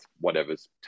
whatever's